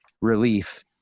relief